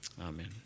Amen